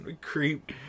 creep